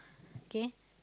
okay